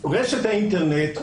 רשת האינטרנט,